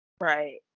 right